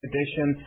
Edition